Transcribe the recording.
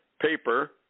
paper